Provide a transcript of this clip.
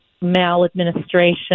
maladministration